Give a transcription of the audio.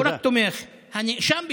לא רק תומך, הנאשם בשוחד.